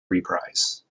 reprise